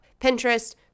Pinterest